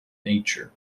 nature